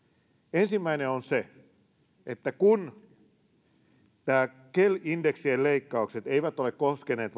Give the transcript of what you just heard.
ensimmäinen on kun kel indeksien leikkaukset eivät ole koskeneet